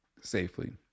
safely